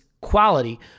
quality